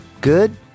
Good